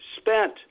spent